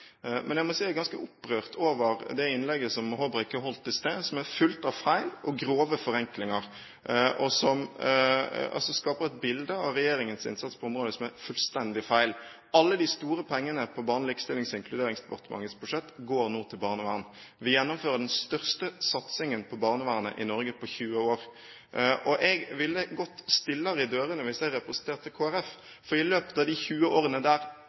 men jeg må si at jeg er ganske opprørt over det innlegget som representanten Håbrekke holdt i sted, som er fullt av feil og grove forenklinger, og som også skaper et bilde av regjeringens innsats på området som er fullstendig feil. Alle de store pengene på Barne-, likestillings- og inkluderingsdepartementets budsjett går nå til barnevern. Vi gjennomfører den største satsingen på barnevernet i Norge på 20 år. Og jeg ville gått stillere i dørene hvis jeg representerte Kristelig Folkeparti, for i løpet av de 20 årene der